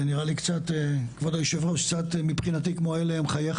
כבוד יושב הראש זה נראה לי קצת כמו אלה הם חייך.